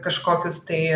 kažkokius tai